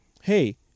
hey